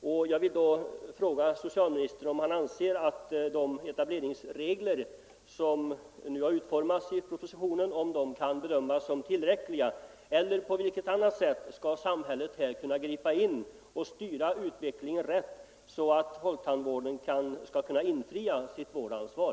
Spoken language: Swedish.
Och jag vill då fråga: Anser socialministern att de etableringsregler som utformats i propositionen kan bedömas som tillräckliga, eller på vilket annat sätt skall samhället kunna gripa in och styra utvecklingen rätt, så att folktandvården kan infria sitt vårdansvar?